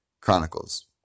Chronicles